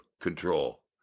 control